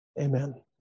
amen